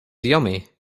yummy